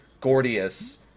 Gordius